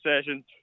sessions